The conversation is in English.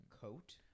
coat